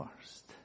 first